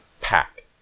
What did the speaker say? Pack